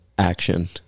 action